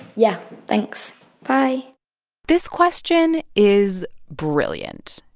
yeah, thanks. bye this question is brilliant.